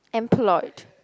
employed